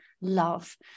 love